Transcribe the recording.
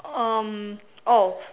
um oh